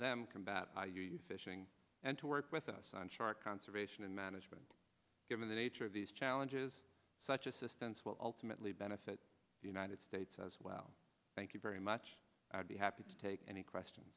them combat are you fishing and to work with us on shark conservation and management given the nature of these challenges such assistance will ultimately benefit the united states as well thank you very much i'd be happy to take any question